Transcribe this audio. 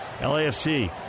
LAFC